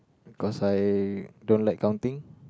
cause I don't like counting